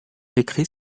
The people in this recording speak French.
écrit